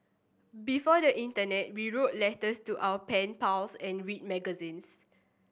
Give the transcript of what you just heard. before the internet we wrote letters to our pen pals and read magazines